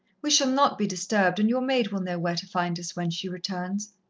we shall not be disturbed, and your maid will know where to find us when she returns.